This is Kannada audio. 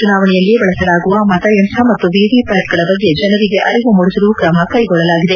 ಚುನಾವಣೆಯಲ್ಲಿ ಬಳಸಲಾಗುವ ಮತಯಂತ್ರ ಮತ್ತು ವಿವಿಪ್ಟಾಟ್ಗಳ ಬಗ್ಗೆ ಜನರಿಗೆ ಅರಿವು ಮೂಡಿಸಲು ಕ್ರಮ ಕೈಗೊಳ್ಳಲಾಗಿದೆ